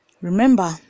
Remember